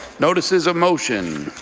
notices of motion.